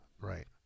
Right